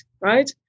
right